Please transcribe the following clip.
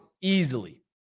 easily